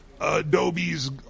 adobe's